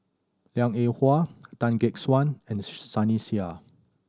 Liang Eng Hwa Tan Gek Suan and Sunny Sia